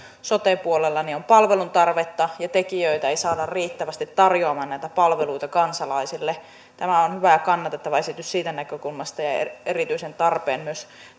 sote puolella palvelutarvetta ja tekijöitä ei saada riittävästi tarjoamaan näitä palveluita kansalaisille tämä on hyvä ja kannatettava esitys siitä näkökulmasta ja erityisesti tarpeen myös